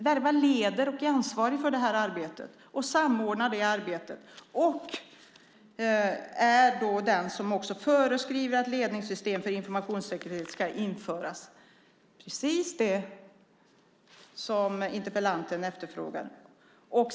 Verva leder och är ansvarigt för arbetet och samordnar det samt föreskriver att ledningssystem för informationssäkerhet ska införas - precis det som interpellanten efterfrågar.